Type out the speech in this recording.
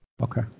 Okay